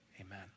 Amen